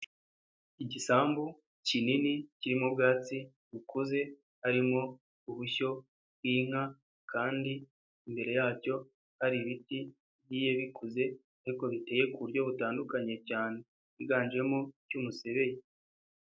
Igisambu kinini kirimo ubwatsi bukuze harimo ubushyo bw'inka kandi imbere yacyo hari ibiti bigiye bikuze ariko ariko biteye ku buryo butandukanye cyane higanjemo cy'umusebeya.